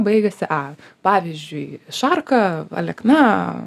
baigiasi a pavyzdžiui šarka alekna